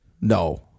No